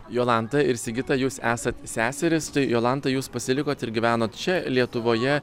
jolanta ir sigita jūs esat seserys jolanta jūs pasilikot ir gyvenot čia lietuvoje